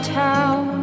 town